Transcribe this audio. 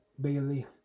Bailey